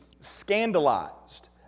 scandalized